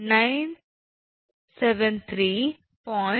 973